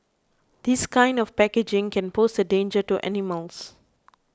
this kind of packaging can pose a danger to animals